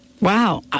Wow